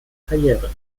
karriere